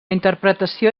interpretació